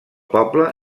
poble